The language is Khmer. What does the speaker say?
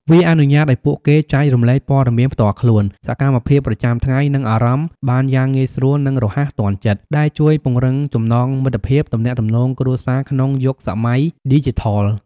វាអនុញ្ញាតឱ្យពួកគេចែករំលែកព័ត៌មានផ្ទាល់ខ្លួន សកម្មភាពប្រចាំថ្ងៃ និងអារម្មណ៍បានយ៉ាងងាយស្រួលនិងរហ័សទាន់ចិត្ត ដែលជួយពង្រឹងចំណងមិត្តភាព ទំនាក់ទំនងគ្រួសារក្នុងយុគសម័យឌីជីថល។